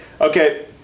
okay